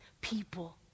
people